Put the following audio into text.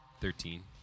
Thirteen